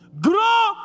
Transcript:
Grow